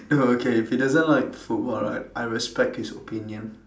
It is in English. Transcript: okay if he doesn't like football right I respect his opinion